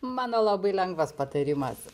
mano labai lengvas patarimas